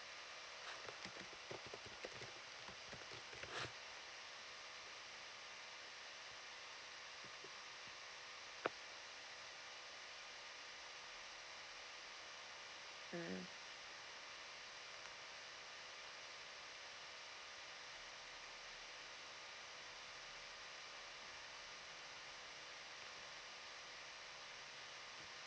mm